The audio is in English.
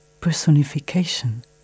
personification